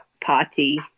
party